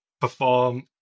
perform